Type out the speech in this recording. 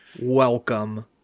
welcome